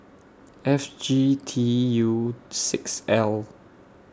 F G T U six L